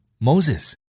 Moses